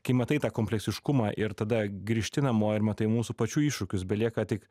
kai matai tą kompleksiškumą ir tada grįžti namo ir matai mūsų pačių iššūkius belieka tik